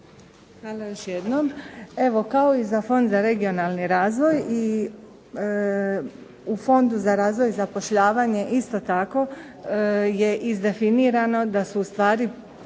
Hvala još jednom. Evo kao i za Fond za regionalni razvoj i u Fondu za razvoj i zapošljavanje isto tako je izdefinirano da su u stvari svi